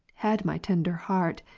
had my tender heart,